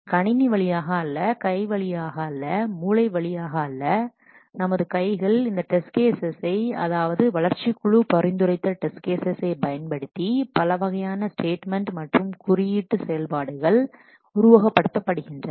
கணினி வழியாக அல்ல கை வழியாக அல்ல மூளை வழியாக அல்ல நமது கைகள் இந்த டெஸ்ட் கேசஸ் சை அதாவது வளர்ச்சிக் குழு பரிந்துரைத்த டெஸ்ட் கேசஸ் சை பயன்படுத்தி பலவகையான ஸ்டேட்மெண்ட் மற்றும் குறியீட்டு செயல்பாடுகள் உருவகப்படுத்தப்படுகின்றன